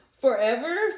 Forever